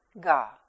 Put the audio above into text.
Ga